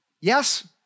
Yes